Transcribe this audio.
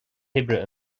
hoibre